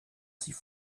sie